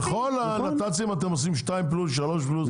בכל הנת"צים אתם עושים שתיים פלוס, שלוש פלוס.